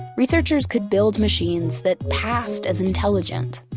researchers could build machines that passed as intelligent,